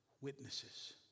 witnesses